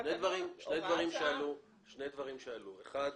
שני דברים שעלו, אחד,